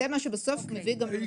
בסוף זה מה שמביא למצוקה.